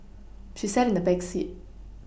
she sat in the back seat